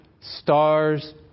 stars